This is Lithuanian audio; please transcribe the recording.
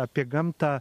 apie gamtą